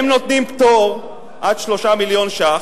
הם נותנים פטור עד 3 מיליון ש"ח,